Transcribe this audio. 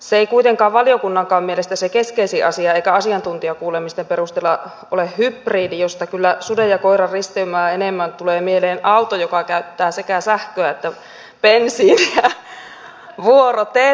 se keskeisin asia ei kuitenkaan valiokunnankaan mielestä eikä asiantuntijakuulemisten perusteella ole hybridi josta kyllä suden ja koiran risteymää enemmän tulee mieleen auto joka käyttää sekä sähköä että bensiiniä vuorotellen